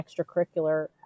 extracurricular